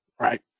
right